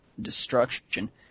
destruction